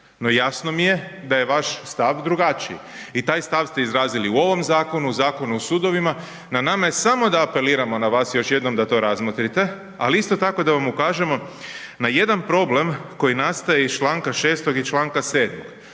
No jasno mi je da je vaš stav drugačiji i taj stav ste izrazili u ovom zakonu, Zakonu o sudovima. Na nama je samo da apeliramo na vas još jednom da to razmotrite ali isto tako da vam ukažemo na jedan problem koji nastaje iz članka 6. i članka 7.